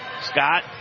Scott